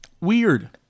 Weird